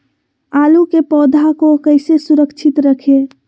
आलू के पौधा को कैसे सुरक्षित रखें?